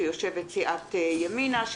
שיושבת סיעת ימינה,